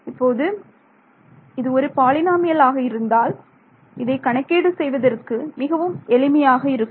இப்போது இது என்பது ஒரு பாலினாமியல் ஆக இருந்தால் இதை கணக்கீடு செய்வதற்கு மிகவும் எளிமையாக இருக்கும்